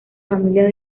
familia